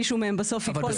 מישהו מהם בסוף ייפול,